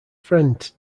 friend